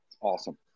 Awesome